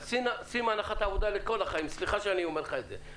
קח הנחת עבודה לכל החיים סליחה שאני אומר לך את זה.